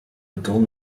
beton